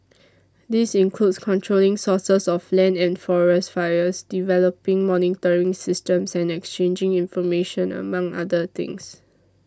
this includes controlling sources of land and forest fires developing monitoring systems and exchanging information among other things